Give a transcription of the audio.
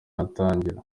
yatangira